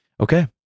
Okay